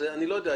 אני לא יודע,